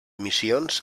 missions